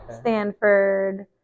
Stanford